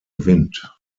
wind